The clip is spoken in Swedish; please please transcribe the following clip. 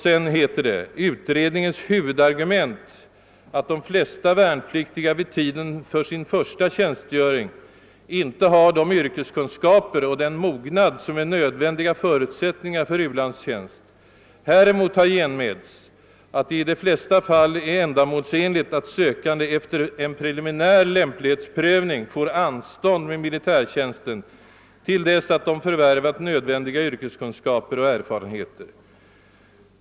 Sedan heter det bl.a.: »Utredningens huvudargument är att de flesta värnpliktiga vid tiden för sin första tjänstgöring inte har de yrkeskunskaper och den mognad som är nödvändiga förutsättningar för u-landstjänst. Häremot har genmälts att det i de flesta fall är ändamålsenligt att sökande efter en preliminär lämplighetsprövning får anstånd med militärtjänsten till dess att de förvärvat nödvändiga yrkeskunskaper och erfarenheter.